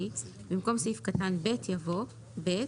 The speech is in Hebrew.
- 22יח במקום סעיף קטן (ב) יבוא: "(ב)